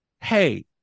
hey